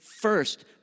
first